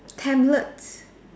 tablets